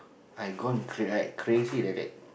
I gone cr~ like crazy like that